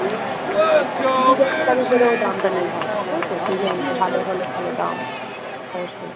হ্যাঁ আর ডিজাইনটার উপরেও দামটা নির্ভর করে তাই তো ডিজাইনটা ভালো হলে ভালো দাম অবশ্যই